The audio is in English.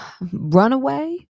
runaway